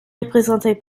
représentaient